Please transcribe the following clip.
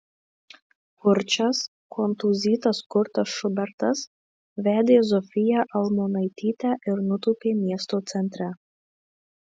kurčias kontūzytas kurtas šubertas vedė zofiją almonaitytę ir nutūpė miesto centre